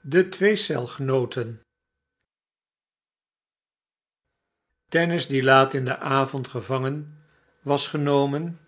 de twee celgenooten dennis die laat in den avond gevangen was genomen